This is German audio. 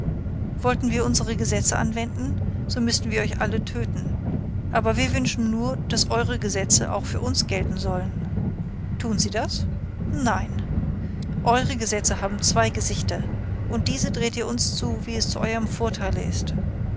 wollten wir unsere gesetze anwenden so müßten wir euch alle töten aber wir wünschen nur daß eure gesetze auch für uns gelten sollen tun sie das nein eure gesetze haben zwei gesichter und diese dreht ihr uns zu wie es zu euerm vorteile ist